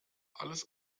alles